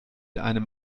einem